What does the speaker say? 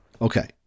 Okay